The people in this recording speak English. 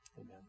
amen